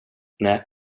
nej